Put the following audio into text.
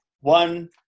one